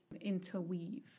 interweave